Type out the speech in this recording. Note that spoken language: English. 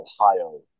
Ohio